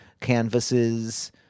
canvases